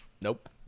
Nope